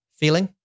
feeling